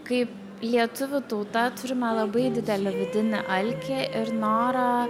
kaip lietuvių tauta turime labai didelį vidinį alkį ir norą